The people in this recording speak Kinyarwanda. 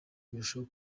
birushaho